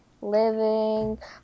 Living